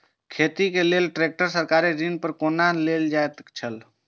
खेती के लेल ट्रेक्टर सरकारी ऋण पर कोना लेल जायत छल?